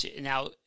Now